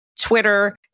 Twitter